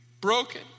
broken